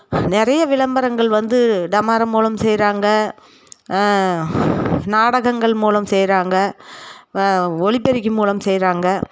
நிறைய விளம்பரங்கள் வந்து டமாரம் மூலம் செய்கிறாங்க நாடகங்கள் மூலம் செய்கிறாங்க ஒலிபெருக்கி மூலம் செய்கிறாங்க